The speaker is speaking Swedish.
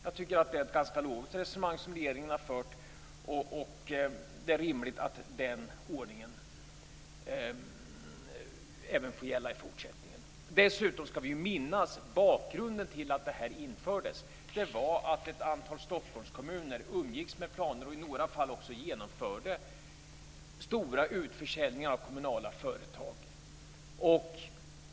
Jag tycker att regeringens resonemang är ganska logiskt, och det är rimligt att den ordningen får gälla även i fortsättningen. Vi skall dessutom minnas att bakgrunden till att det här infördes var att ett antal Stockholmskommuner umgåtts med planer på och i några fall också genomfört stora utförsäljningar av kommunala företag.